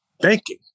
banking